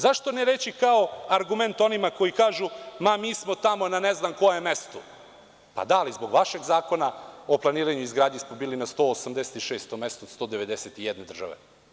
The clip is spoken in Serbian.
Zašto ne reći kao argument onima koji kažu – ma, mi smo tamo na ne znam kojem mestu, pa da ali zbog vašeg Zakona o planiranju i izgradnji smo bili na 186 mestu od 191 države.